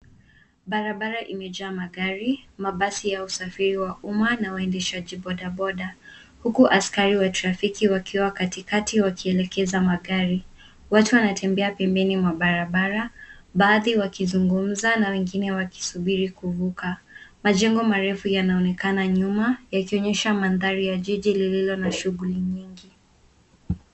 Barabara imejaa magari, mabasi ya usafiri wa umma na waendeshaji bodaboda, huku askari wa trafiki wakiwa katikati wakielekeza magari. Watu wanatembea pembeni mwa barabara, baadhi wakizungumza na wengine wakisubiri kuvuka. Majengo marefu yanaonekana nyuma yakionyesha mandhari ya jiji lililo na shughuli nyingi.